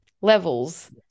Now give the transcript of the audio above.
levels